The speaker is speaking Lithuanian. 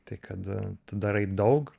tai kad tu darai daug